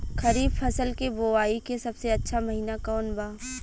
खरीफ फसल के बोआई के सबसे अच्छा महिना कौन बा?